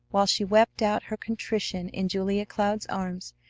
while she wept out her contrition in julia cloud's arms,